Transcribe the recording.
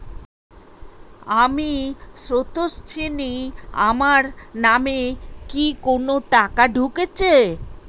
আমি স্রোতস্বিনী, আমার নামে কি কোনো টাকা ঢুকেছে?